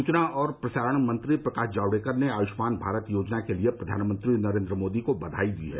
सूचना और प्रसारण मंत्री प्रकाश जावडेकर ने आयुष्मान भारत योजना के लिए प्रधानमंत्री नरेन्द्र मोदी को बधाई दी है